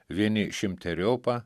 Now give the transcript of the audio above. vieni šimteriopą